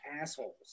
assholes